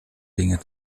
dinge